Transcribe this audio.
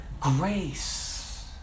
grace